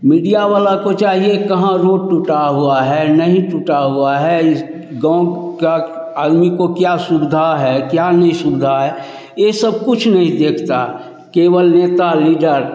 media वालों को चाहिए कहाँ रोड टूटा हुआ है नहीं टूटा हुआ है इस गाँव के आदमी को क्या सुविधा है क्या नहीं सुविधा है यह सब कुछ नहीं देखता केवल नेता लीडर